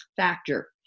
Factor